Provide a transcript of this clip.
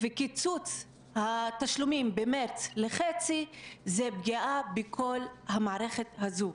וקיצוץ התשלומים לחצי זאת פגיעה בכל המערכת הזו.